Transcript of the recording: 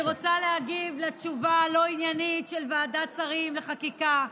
אני רוצה להגיב על התשובה הלא-עניינית של ועדת השרים לחקיקה.